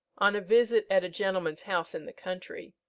on a visit at a gentleman's house in the country,